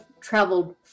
traveled